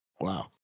Wow